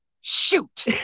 Shoot